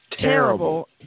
terrible